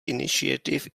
initiative